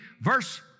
verse